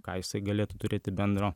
ką jisai galėtų turėti bendro